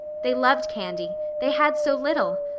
they loved candy. they had so little!